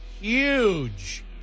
huge